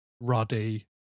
Ruddy